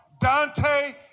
Dante